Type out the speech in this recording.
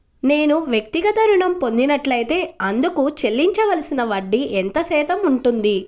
నేను వ్యక్తిగత ఋణం పొందినట్లైతే అందుకు చెల్లించవలసిన వడ్డీ ఎంత శాతం ఉంటుంది?